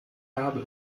habe